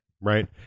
right